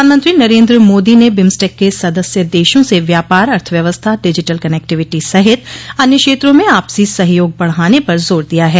प्रधानमंत्री नरेन्द्र मोदी ने बिम्स्टेक के सदस्य देशों से व्यापार अर्थव्यवस्था डिजिटल कनेक्टिविटी सहित अन्य क्षेत्रों में आपसी सहयोग बढ़ाने पर जोर दिया है